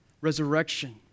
resurrection